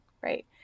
right